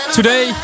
Today